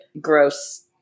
gross